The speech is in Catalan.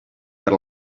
per